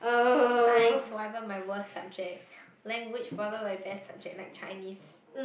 Science forever my worst subject language probably my best subject like Chinese